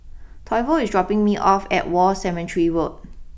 Toivo is dropping me off at War Cemetery Road